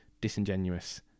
disingenuous